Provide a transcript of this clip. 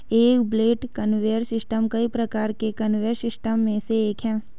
एक belt conveyor system कई प्रकार के कन्वेयर सिस्टम में से एक है